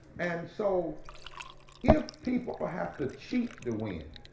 and so if people but have to cheat to win,